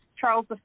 Charles